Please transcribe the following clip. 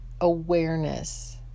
awareness